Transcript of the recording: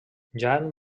jan